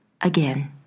again